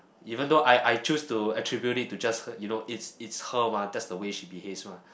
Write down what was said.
even though I I choose to attribute it to just her you know it's it's her mah that's the way she behaves mah